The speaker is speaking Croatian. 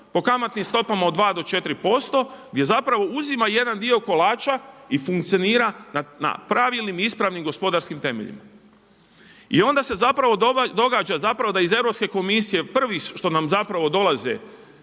po kamatnim stopama od 2 do 4% gdje uzima jedan dio kolača i funkcionira na pravilnim i ispravnim gospodarskim temeljima. I onda se događa da iz Europske komisije prvi što nam dolaze